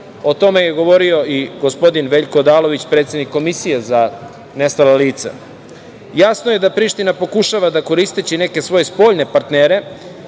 O tome je govorio i gospodin Veljko Odalović, predsednik Komisije za nestala lica. Jasno je da Priština pokušava da, koristeći neke svoje spoljne partnere